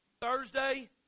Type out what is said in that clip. Thursday